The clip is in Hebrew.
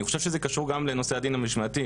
אני חושב שזה קשור גם לנושא הדין המשמעתי,